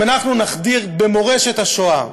אם אנחנו נחדיר במורשת השואה,